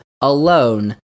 alone